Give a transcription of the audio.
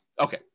Okay